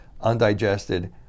undigested